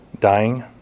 dying